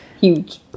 huge